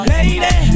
Lady